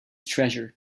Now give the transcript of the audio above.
treasure